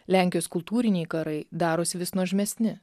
lenkijos kultūriniai karai darosi vis nuožmesni